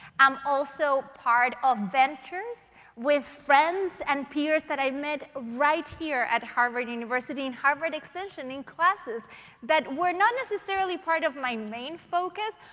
i'm also part of ventures with friends and peers that i've met right here at harvard university, in harvard extension, in classes that were not necessarily part of my main focus.